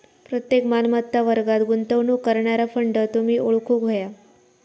प्रत्येक मालमत्ता वर्गात गुंतवणूक करणारा फंड तुम्ही ओळखूक व्हया